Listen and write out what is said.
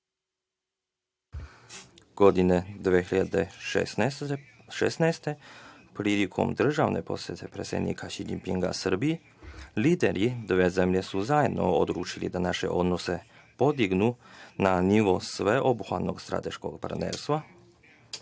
Godine 2016. prilikom državne posete predsednika Si Đinpinga Srbiji, lideri dve zemlje su zajedno odlučili da naše odnose podignu na nivo sveobuhvatnog strateškog partnerstva,